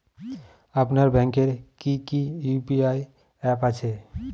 আপনার ব্যাংকের কি কি ইউ.পি.আই অ্যাপ আছে?